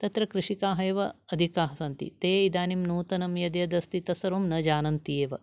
तत्र कृषकाः एव अधिकाः सन्ति ते इदानीम् नूतनं यद्यद् अस्ति तत्सर्वं न जानन्ति एव